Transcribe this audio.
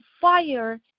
fire